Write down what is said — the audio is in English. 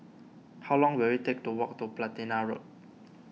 how long will it take to walk to Platina Road